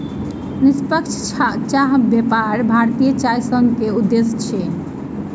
निष्पक्ष चाह व्यापार भारतीय चाय संघ के उद्देश्य अछि